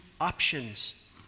options